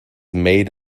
made